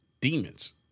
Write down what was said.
demons